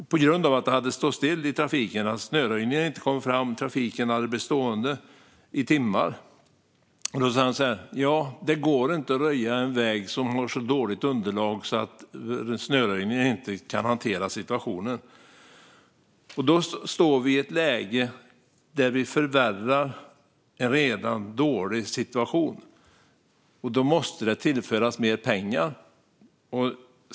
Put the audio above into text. På grund av att snöröjningen inte kom fram hade trafiken blivit stående i timmar. Han sa: Det går inte att röja en väg som har så dåligt underlag att snöröjningen inte kan hantera situationen. Vi står i ett läge där en redan dålig situation förvärras, och då måste det tillföras mer pengar.